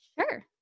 Sure